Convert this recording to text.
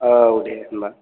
औ दे होनबा